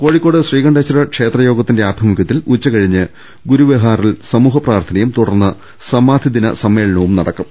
കോഴിക്കോട് ശ്രീകണ്ഠേശ്വര ക്ഷേത്രയോഗത്തിന്റെ ആഭിമുഖ്യത്തിൽ ഉച്ചകഴിഞ്ഞ് ഗുരു വിഹാറിൽ സമൂഹ പ്രാർത്ഥനയും തുടർന്ന് സമാധിദിന സമ്മേളനവും നട ക്കും